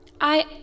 I-